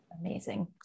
amazing